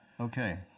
okay